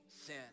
sin